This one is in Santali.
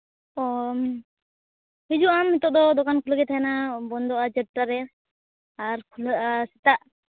ᱚᱻ ᱦᱤᱡᱩᱜ ᱟᱢ ᱱᱤᱛᱚᱜ ᱫᱚ ᱫᱚᱠᱟᱱ ᱠᱷᱩᱞᱟᱹᱣ ᱜᱮ ᱛᱟᱦᱮᱱᱟ ᱵᱚᱱᱫᱚᱜᱼᱟ ᱪᱟᱨᱴᱟ ᱨᱮ ᱟᱨ ᱠᱷᱩᱞᱟᱹᱜᱼᱟ ᱥᱮᱛᱟᱜ